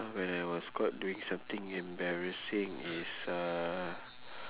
when I was caught doing something embarrassing is uh